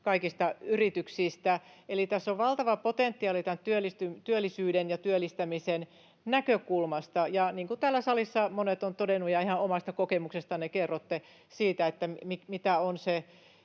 kaikista yrityksistä. Eli tässä on valtava potentiaali työllisyyden ja työllistämisen näkökulmasta. Niin kuin täällä salissa monet ovat todenneet — ja ihan omasta kokemuksestanne kerrotte —